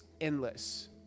endless